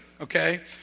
okay